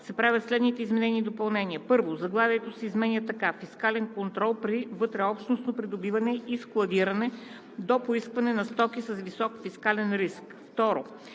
се правят следните изменения и допълнения: 1. Заглавието се изменя така: „Фискален контрол при вътреобщностно придобиване и складиране до поискване на стоки с висок фискален риск“. 2.